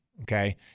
Okay